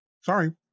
Sorry